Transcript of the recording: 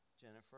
Jennifer